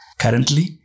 Currently